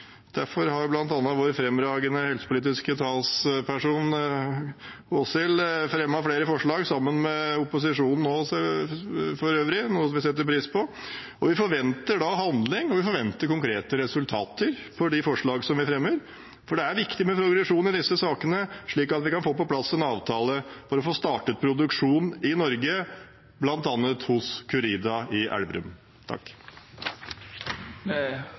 Derfor har bl.a. vår fremragende helsepolitiske talsperson, representanten Åshild Bruun-Gundersen, fremmet flere forslag – sammen med opposisjonen for øvrig, noe vi setter pris på – og vi forventer da handling, og vi forventer konkrete resultater for de forslagene vi fremmer. For det er viktig med progresjon i disse sakene, slik at vi kan få på plass en avtale for å få starte produksjon i Norge, bl.a. hos Curida i Elverum.